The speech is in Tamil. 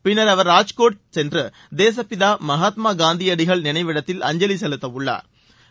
பின்னா் அவா் ராஜ்காட் சென்று தேசப்பிதா மகாத்மா காந்தியடிகள் நினைவிடத்தில் அஞ்சலி செலுத்தவுள்ளா்